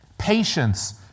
Patience